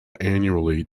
annually